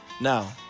Now